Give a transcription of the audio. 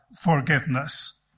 forgiveness